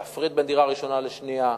להפריד בין דירה ראשונה לשנייה,